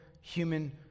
human